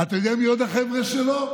אתה יודע מי עוד החבר'ה שלו?